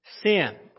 sin